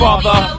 Father